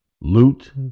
loot